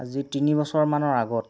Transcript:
আজি তিনি বছৰমানৰ আগত